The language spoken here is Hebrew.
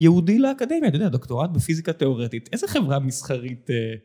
יעודי לאקדמיה, אתה יודע, דוקטורט בפיזיקה תיאורטית, איזה חברה מסחרית...